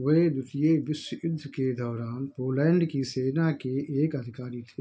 वह द्वितीय विश्व युद्ध के दौरान पोलैण्ड की सेना के एक अधिकारी थे